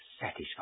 satisfied